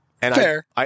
fair